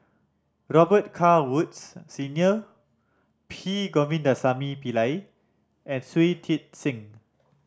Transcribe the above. Robet Carr Woods Senior P Govindasamy Pillai and Shui Tit Sing